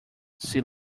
sea